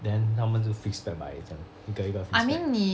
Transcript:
then 他们就 fix back by 这样一个一个 fix back